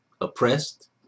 oppressed